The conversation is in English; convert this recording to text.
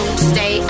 Stay